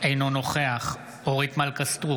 אינו נוכח אורית מלכה סטרוק,